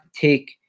take